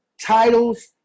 titles